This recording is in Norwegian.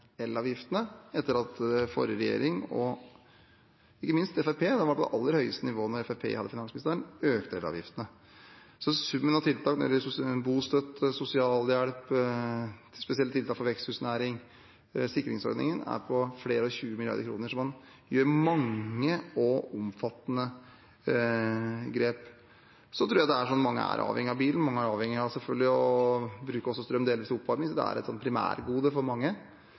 elavgiftene etter at den forrige regjeringen, og ikke minst Fremskrittspartiet – de var på det aller høyeste nivået da Fremskrittspartiet hadde finansministeren – økte elavgiftene. Summen av tiltak – bostøtte, sosialhjelp, spesielle tiltak for veksthusnæring, sikringsordningen – er på flere og tjue milliarder kroner, så man tar mange og omfattende grep. Jeg tror mange er avhengig av bil og mange er selvfølgelig avhengig av å bruke strøm delvis til oppvarming, så det er et slags primærbehov for mange.